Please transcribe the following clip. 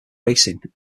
racing